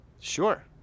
Sure